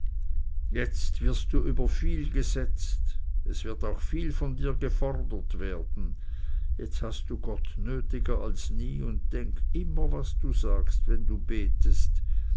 jetzt wirst du über viel gesetzt es wird auch viel von dir gefordert werden jetzt hast du gott nötiger als nie und denke immer was du sagst wenn du betest